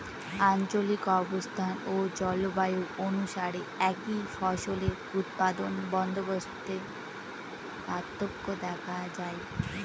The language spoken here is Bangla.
আঞ্চলিক অবস্থান ও জলবায়ু অনুসারে একই ফসলের উৎপাদন বন্দোবস্তে পার্থক্য দেখা যায়